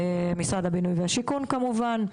משרד הבינוי והשיכון כמובן,